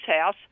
house